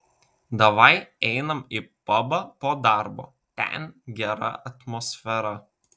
davai einam į pabą po darbo ten gera atmosfera